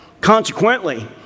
Consequently